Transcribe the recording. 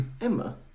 Emma